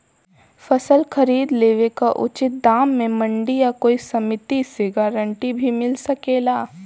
फसल खरीद लेवे क उचित दाम में मंडी या कोई समिति से गारंटी भी मिल सकेला?